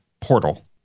portal